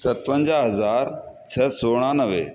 सतवंजाहु हज़ार छह सौ उणानवे